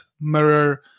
mirror